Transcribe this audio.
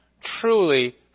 truly